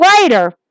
later